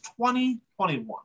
2021